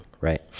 right